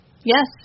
Yes